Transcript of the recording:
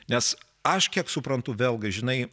nes aš kiek suprantu vėlgi žinai